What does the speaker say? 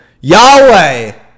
Yahweh